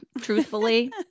truthfully